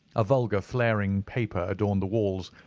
a vulgar flaring paper adorned the walls,